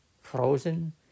frozen